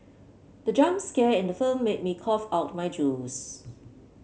the jump scare in the film made me cough out my juice